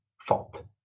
fault